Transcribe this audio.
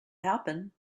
happen